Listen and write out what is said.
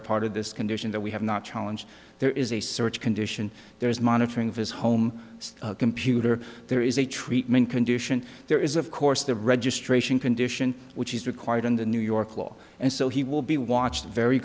are part of this condition that we have not challenge there is a search condition there is monitoring of his home computer there is a treatment condition there is of course the registration condition which is required in the new york law and so he will be watched very